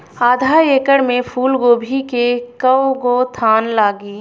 आधा एकड़ में फूलगोभी के कव गो थान लागी?